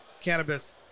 cannabis